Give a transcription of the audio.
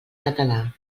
català